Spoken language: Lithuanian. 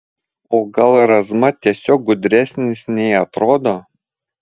o gal razma tiesiog gudresnis nei atrodo